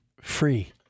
free